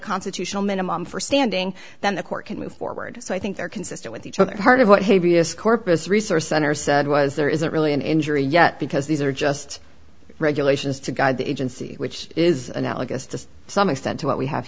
constitutional minimum for standing then the court can move forward so i think they're consistent with each other part of what heaviest corpus resource center said was there isn't really an injury yet because these are just regulations to guide the agency which is analogous to some extent to what we have